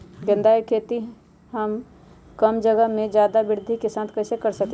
गेंदा के खेती हम कम जगह में ज्यादा वृद्धि के साथ कैसे कर सकली ह?